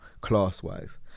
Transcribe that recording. class-wise